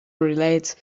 relate